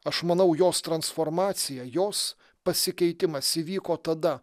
aš manau jos transformacija jos pasikeitimas įvyko tada